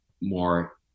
more